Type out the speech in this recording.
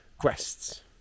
quests